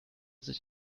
sich